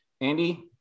Andy